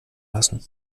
lassen